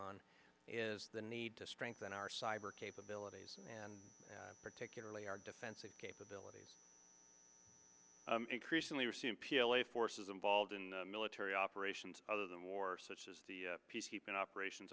on is the need to strengthen our cyber capabilities and particularly our defensive capabilities increasingly we're seeing pilate forces involved in military operations other than war such as the peacekeeping operations